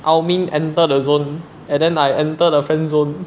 I only enter the zone and then I enter the friend zone